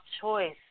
choice